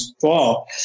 fall